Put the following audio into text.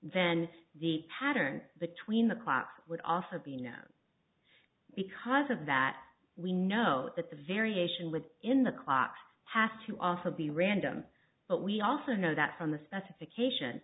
then the pattern between the classes would also be now because of that we know that the variation with in the clocks has to also be random but we also know that from the specification